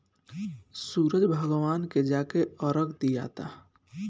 सूरज भगवान के जाके अरग दियाता